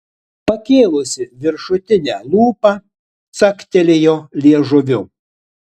pakėlusi viršutinę lūpą caktelėjo liežuviu